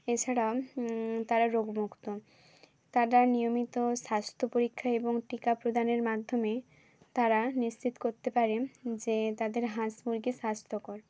এছাড়া তারা রোগমুক্ত তারা নিয়মিত স্বাস্থ্য পরীক্ষা এবং টীকা প্রদানের মাধ্যমে তারা নিশ্চিত করতে পারে যে তাদের হাঁস মুরগি স্বাস্থ্যকর